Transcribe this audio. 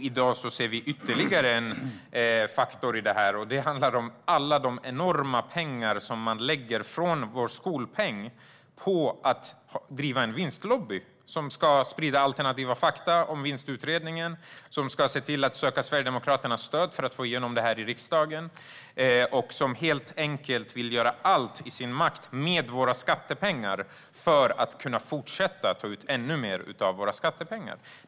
I dag ser vi ytterligare en faktor i detta, och det handlar om alla de enorma pengar som man lägger från vår skolpeng på att driva en vinstlobby som ska sprida alternativa fakta om vinstutredningen, som ska se till att söka Sverigedemokraternas stöd för att få igenom det här i riksdagen och som helt enkelt vill göra allt som står i dess makt för att kunna fortsätta att ta ut ännu mer av våra skattepengar.